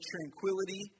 tranquility